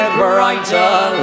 brighter